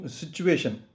situation